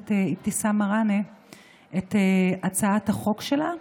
הכנסת אבתיסאם מראענה את הצעת החוק שלה,